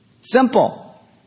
Simple